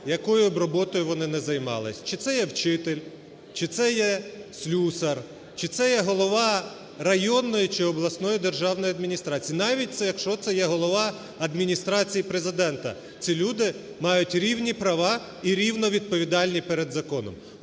якою б роботою вони не займались: чи це є вчитель, чи це є слюсар, чи це є голова районної чи обласної державної адміністрації, навіть, якщо це є голова Адміністрації Президента, ці люди мають рівні права і рівно відповідальні перед законом.